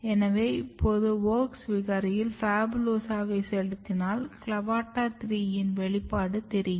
எனவே இப்போது WOX விகாரியில் PHABULOSA வை செலுத்தினால் CLAVATA 3 யின் வெளிப்பாடு தெரியும்